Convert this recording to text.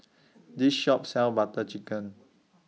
This Shop sells Butter Chicken